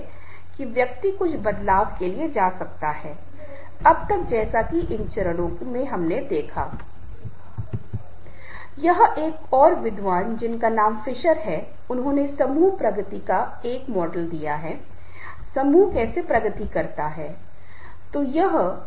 यह उनके शीर्षक उनकी स्थिति के माध्यम से नहीं है एक प्रभावी नेता अपने कर्मचारियों का उल्लेख करता है और उन्हें प्रोत्साहित करता है और उनमें से भागीदार बनाता है जिसे हर समय महसूस नहीं करना चाहिए कि मैं इस विशेष पद को धारण कर रहा हूं